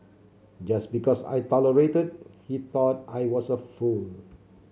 just because I tolerated he thought I was a fool